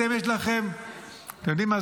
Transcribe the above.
אתם יודעים מה?